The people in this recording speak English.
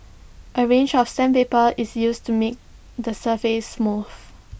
A range of sandpaper is used to make the surface smooth